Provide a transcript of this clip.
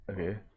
Okay